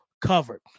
Covered